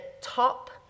top